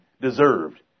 deserved